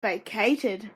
vacated